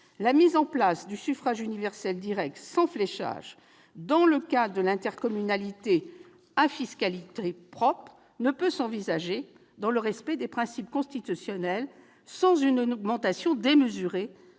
la mise en place du suffrage universel direct sans fléchage dans le cadre de l'intercommunalité à fiscalité propre ne peut s'envisager dans le respect des principes constitutionnels sans une augmentation démesurée